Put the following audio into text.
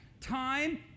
time